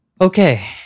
Okay